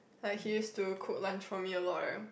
like he used to cook lunch for me a lot eh